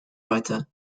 writer